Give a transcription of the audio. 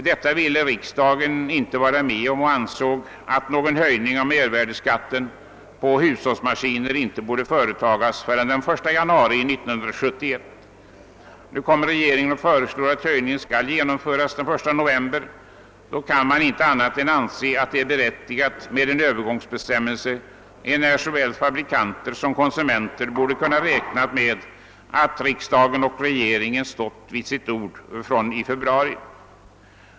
Detta ville riksdagen inte vara med om — riksdagen ansåg att någon höjning av mervärdeskatten för hushållsmaskiner inte borde företagas förrän den 1 januari 1971. Nu föreslår regeringen att höjningen skall genomföras den 1 november. Då kan man inte annat än anse att det är berättigat med en övergångsbestämmelse, enär såväl fabrikanter som konsumenter borde ha kunnat räkna med att riksdagen och regeringen skulle stå vid sitt ord från i februari.